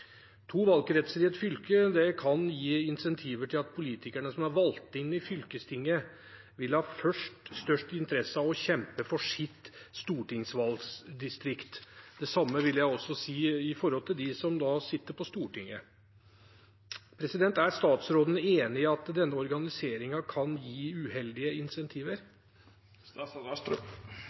to stortingsvalgkretser. Jeg mener valgkretsene må bestå som i dag, i likhet med flertallet i valglovutvalget. To valgkretser i ett fylke kan gi insentiver til at politikere som er valgt inn i fylkestinget, vil ha størst interesse av å kjempe for sitt stortingsvalgdistrikt, og ikke hele fylket. Er statsråden enig i at denne organiseringen gir uheldige insentiver?»